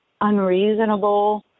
unreasonable